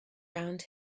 around